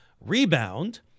rebound